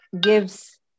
gives